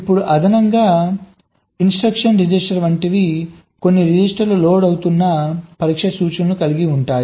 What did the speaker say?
ఇప్పుడు అదనంగా instruction register వంటి కొన్ని రిజిస్టర్లు లోడ్ అవుతున్న పరీక్ష సూచనలను కలిగి ఉంటాయి